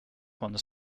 ones